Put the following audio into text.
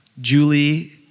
Julie